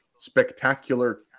spectacular